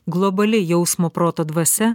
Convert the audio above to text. globali jausmo proto dvasia